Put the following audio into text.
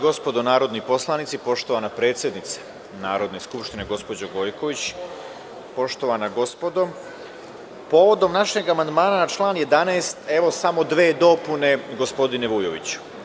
Dame i gospodo narodni poslanici, poštovana predsednice Narodne skupštine gospođo Gojković, poštovana gospodo, povodom našeg amandmana na član 11, evo, samo dve dopune gospodine Vujoviću.